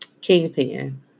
Kingpin